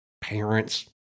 parents